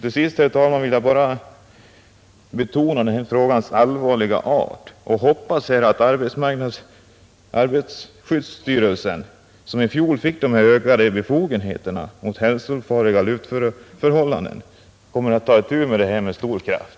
Till sist, herr talman, vill jag bara betona denna frågas allvarliga art och hoppas att arbetarskyddsstyrelsen, som i fjol fick ökad befogenhet att ingripa mot hälsofarliga luftförhållanden, kommer att ta itu med detta problem med stor kraft.